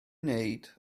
wneud